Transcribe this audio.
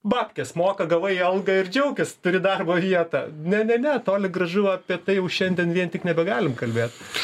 babkes moka gavai algą ir džiaukis turi darbo vietą ne ne ne toli gražu apie tai jau šiandien vien tik nebegalim kalbėt